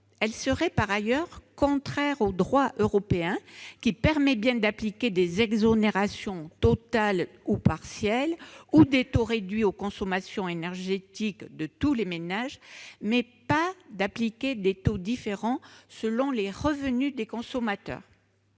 mesure serait contraire au droit européen, qui permet bien d'appliquer des exonérations totales ou partielles ou des taux réduits aux consommations énergétiques de tous les ménages, mais non d'appliquer des taux différents selon les revenus des consommateurs.